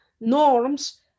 norms